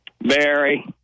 Barry